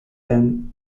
them